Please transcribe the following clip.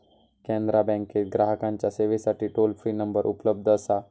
कॅनरा बँकेत ग्राहकांच्या सेवेसाठी टोल फ्री नंबर उपलब्ध असा